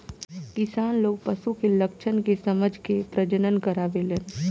किसान लोग पशु के लक्षण के समझ के प्रजनन करावेलन